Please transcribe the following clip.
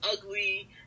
ugly